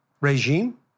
regime